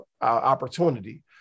opportunity